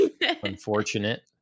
Unfortunate